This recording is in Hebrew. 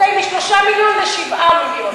מ-3 מיליון ל-7 מיליון.